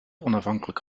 onafhankelijk